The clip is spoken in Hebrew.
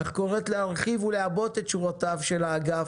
אך קוראת להרחיב ולעבות את שורותיו של האגף,